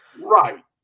Right